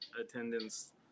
attendance